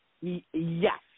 Yes